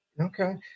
okay